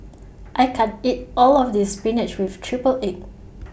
I can't eat All of This Spinach with Triple Egg